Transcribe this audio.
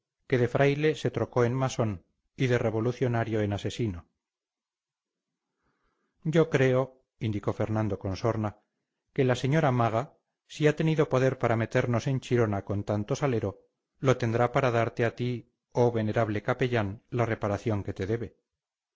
que de fraile se trocó en masón y de revolucionario en asesino yo creo indicó fernando con sorna que la señora maga si ha tenido poder para meternos en chirona con tanto salero lo tendrá para darte a ti oh venerable capellán la reparación que te debe